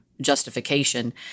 justification